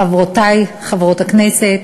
חברותי חברות הכנסת,